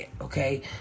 okay